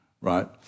Right